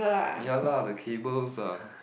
ya lah the cables are